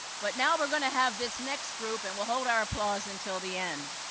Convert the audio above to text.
but now we're going to have this next group and we'll hold our applause until the end.